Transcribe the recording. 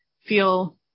feel